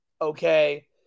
okay